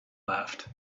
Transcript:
laughed